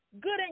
good